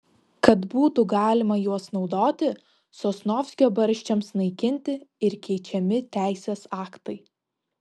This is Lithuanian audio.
kad būtų galima juos naudoti sosnovskio barščiams naikinti ir keičiami teisės aktai